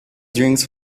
drinks